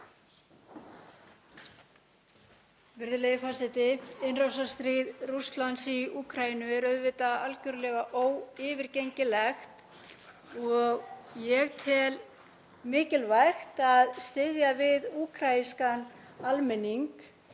Virðulegi forseti. Innrásarstríð Rússlands í Úkraínu er auðvitað algerlega yfirgengilegt og ég tel mikilvægt að styðja við úkraínskan almenning.